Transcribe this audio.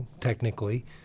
technically